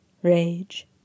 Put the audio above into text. Rage